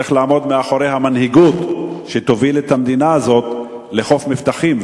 צריכה לעמוד מאחוריה מנהיגות שתוביל את המדינה הזאת לחוף מבטחים,